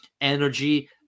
energy